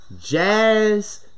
Jazz